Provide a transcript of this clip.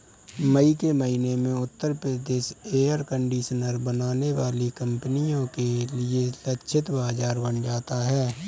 मई के महीने में उत्तर प्रदेश एयर कंडीशनर बनाने वाली कंपनियों के लिए लक्षित बाजार बन जाता है